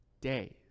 days